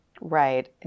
Right